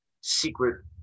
secret